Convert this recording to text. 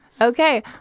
Okay